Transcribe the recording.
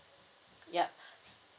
yup